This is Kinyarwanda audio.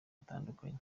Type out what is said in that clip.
hatandukanye